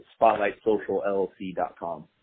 SpotlightSocialLLC.com